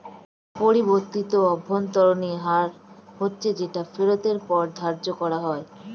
পরিবর্তিত অভ্যন্তরীণ হার হচ্ছে যেটা ফেরতের ওপর ধার্য করা হয়